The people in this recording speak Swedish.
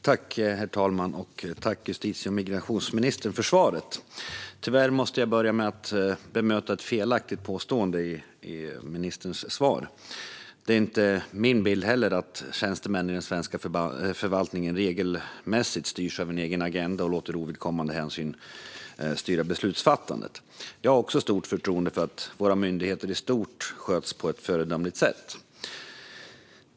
Herr talman! Tack, justitie och migrationsministern, för svaret! Tyvärr måste jag börja med att bemöta ett felaktigt påstående i ministerns svar. Det är inte heller min bild att tjänstemän i den svenska förvaltningen regelmässigt styrs av en egen agenda och låter ovidkommande hänsyn styra beslutsfattandet. Jag har också stort förtroende för att våra myndigheter i stort sköts på ett föredömligt sätt.